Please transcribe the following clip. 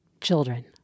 children